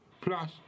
Plus